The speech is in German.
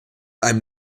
einem